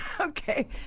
Okay